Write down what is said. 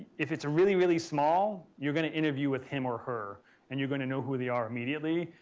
if it's a really, really small you're going to interview with him or her and you're going to know who they are immediately,